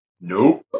Nope